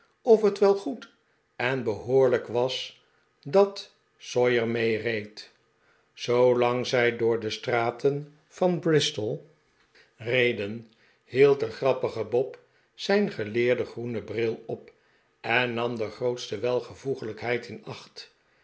of het wel goed en behoorlijk was dat sawyer meereed zoolang zij door de straten van bristol reden hield de grappige bob zijn geleerden groenen bril op en nam de grootste welvoeglijkheid in acht